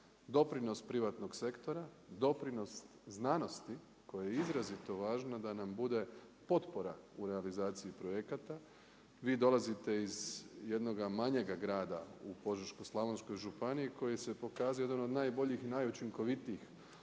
doprinos privatnog sektora, doprinos znanosti koja je izrazito važna da nam bude potpora u realizaciji projekata. Vi dolazite iz jednoga manjega grada u Požeškoj-slavonskoj županiji koji se pokazao jedan od najboljih i najučinkovitijih